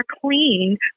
clean